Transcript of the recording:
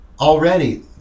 already